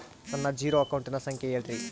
ನನ್ನ ಜೇರೊ ಅಕೌಂಟಿನ ಸಂಖ್ಯೆ ಹೇಳ್ರಿ?